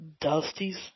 Dusty's